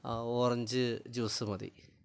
ആ orange juice മതി